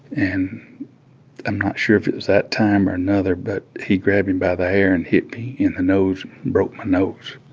and i'm not sure if it was that time or another, but he grabbed me by the hair and hit me in the nose and broke my nose